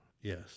Yes